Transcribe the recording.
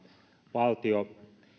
valtion